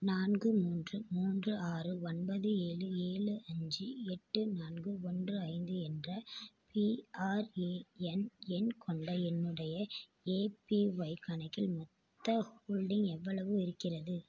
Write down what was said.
நான்கு மூன்று மூன்று ஆறு ஒன்பது ஏழு ஏழு அஞ்சு எட்டு நான்கு ஒன்று ஐந்து என்ற பிஆர்ஏஎன் எண் கொண்ட என்னுடைய ஏபிஒய் கணக்கில் மொத்த ஹோல்டிங் எவ்வளவு இருக்கிறது